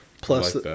Plus